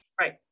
Right